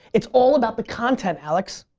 it's all about the content, alex.